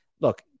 look